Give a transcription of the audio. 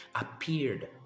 appeared